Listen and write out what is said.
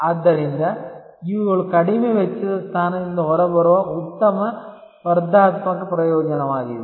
ಆದ್ದರಿಂದ ಇವುಗಳು ಕಡಿಮೆ ವೆಚ್ಚದ ಸ್ಥಾನದಿಂದ ಹೊರಬರುವ ಉತ್ತಮ ಸ್ಪರ್ಧಾತ್ಮಕ ಪ್ರಯೋಜನವಾಗಿದೆ